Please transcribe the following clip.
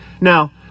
Now